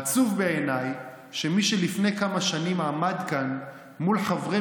עצוב בעיניי שמי שלפני כמה שנים עמד כאן מול חברי